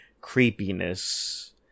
creepiness